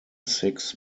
six